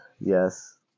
Yes